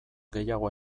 gehiago